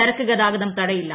ചരക്ക് ഗതാഗതം തടയില്ല